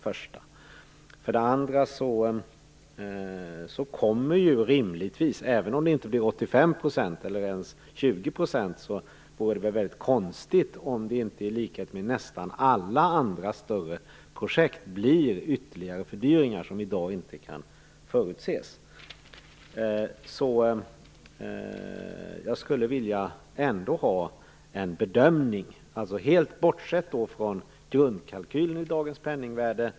För det andra vore det väldigt konstigt om det inte i likhet med nästan alla andra större projekt blir ytterligare fördyringar som i dag inte kan förutses, även om det inte blir 85 % eller ens 20 %. Jag skulle ändå vilja ha en bedömning.